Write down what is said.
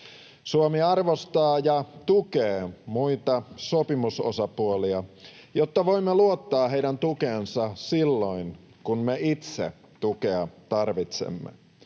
Suomi arvostaa ja tukee muita sopimusosapuolia, jotta voimme luottaa heidän tukeensa silloin, kun me itse tukea tarvitsemme